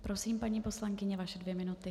Prosím, paní poslankyně, vaše dvě minuty.